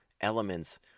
elements